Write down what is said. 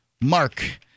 Mark